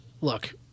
look